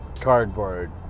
cardboard